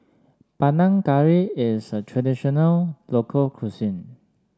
Panang Curry is a traditional local cuisine